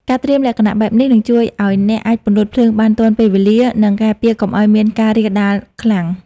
ការត្រៀមលក្ខណៈបែបនេះ នឹងជួយឱ្យអ្នកអាចពន្លត់ភ្លើងបានទាន់ពេលវេលា និងការពារកុំឱ្យមានការរាលដាលខ្លាំង។